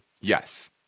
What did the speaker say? yes